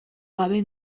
gabe